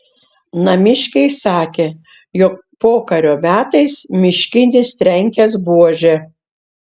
namiškiai sakė jog pokario metais miškinis trenkęs buože